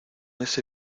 ese